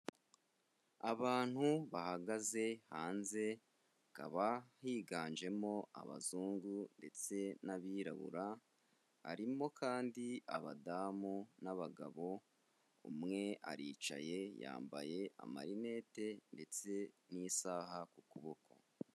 Abantu bahagaze hanze hakaba higanjemo abazungu ndetse n'abirabura, harimo kandi abadamu n'abagabo, umwe aricaye yambaye amarinete ndetse n'isaha ku kuboko.